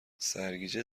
سرگیجه